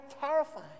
Terrifying